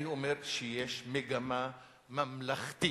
אני אומר שיש מגמה ממלכתית,